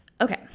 okay